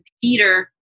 Peter